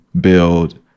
build